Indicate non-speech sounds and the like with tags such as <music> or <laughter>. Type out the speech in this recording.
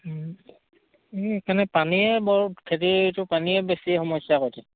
সেইকাৰণে পানীয়ে বৰ খেতিটো পানীয়ে বেছি সমস্যা <unintelligible>